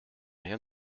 rien